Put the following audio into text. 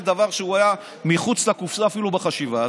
באמת דבר שהיה מחוץ לקופסה אפילו בחשיבה,